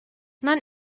man